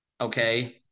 okay